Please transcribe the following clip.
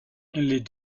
les